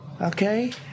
okay